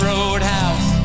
Roadhouse